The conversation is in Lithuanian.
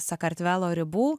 sakartvelo ribų